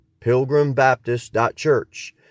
pilgrimbaptist.church